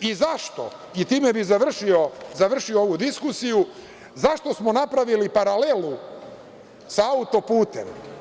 i zašto smo, time bih završio ovu diskusiju, napravili paralelu sa autoputem?